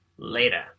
later